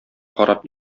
карап